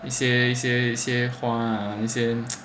一些一些一些花那些